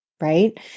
right